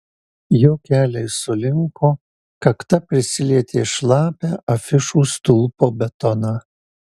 jo keliai sulinko kakta prisilietė šlapią afišų stulpo betoną